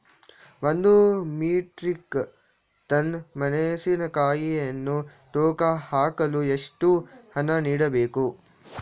ಒಂದು metric tonne ಮೆಣಸಿನಕಾಯಿಯನ್ನು ತೂಕ ಹಾಕಲು ಎಷ್ಟು ಹಣ ನೀಡಬೇಕು?